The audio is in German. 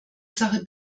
sache